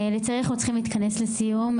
לצערי אנחנו צריכים להתכנס לסיום.